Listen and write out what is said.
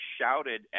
shouted